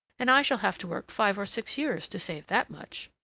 and i shall have to work five or six years to save that much.